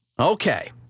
Okay